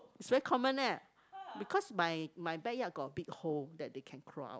it's very common leh because my my backyard got a big hole that they can crawl out